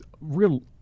real